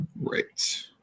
Right